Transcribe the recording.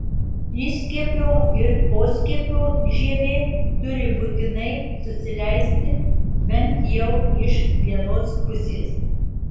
įskiepio ir poskiepio žievė turi būtinai susileisti bent jau iš vienos pusės